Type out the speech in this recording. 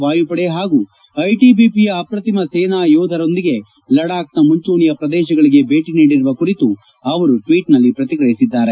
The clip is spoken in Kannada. ವಾಯುಪಡೆ ಹಾಗೂ ಐಟಿಐಪಿಯ ಅಪ್ರತಿಮ ಸೇನಾ ಯೋಧರೊಂದಿಗೆ ಲಡಾಖ್ನ ಮುಂಚೂಣಿಯ ಪ್ರದೇಶಗಳಿಗೆ ಭೇಟಿ ನೀಡಿರುವ ಕುರಿತು ಅವರು ಟ್ವೀಟ್ನಲ್ಲಿ ಪ್ರತಿಕ್ರಿಯಿಸಿದ್ದಾರೆ